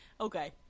Okay